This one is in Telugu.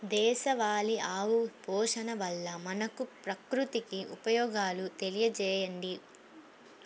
దేశవాళీ ఆవు పోషణ వల్ల మనకు, ప్రకృతికి ఉపయోగాలు తెలియచేయండి?